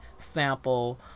sample